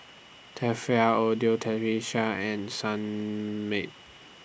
Tefal Audio Technica and Sunmaid